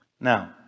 Now